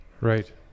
Right